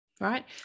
right